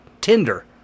tinder